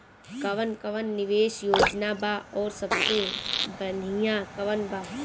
कवन कवन निवेस योजना बा और सबसे बनिहा कवन बा?